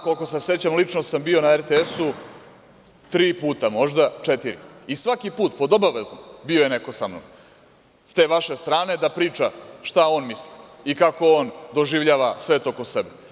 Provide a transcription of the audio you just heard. Koliko se sećam, lično sam bio na RTS tri ili četiri puta i svaki put pod obavezno bio je neko sa mnom s te vaše strane da priča šta on misli i kako on doživljava svet oko sebe.